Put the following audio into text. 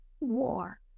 war